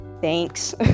thanks